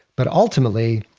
but ultimately,